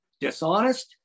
dishonest